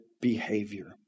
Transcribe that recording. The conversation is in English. behavior